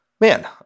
man